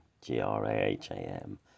G-R-A-H-A-M